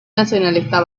nacionalista